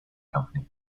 company